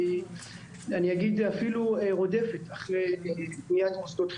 אני אגיד שאפילו "רודפת" אחרי בניית מוסדות חינך.